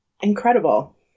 incredible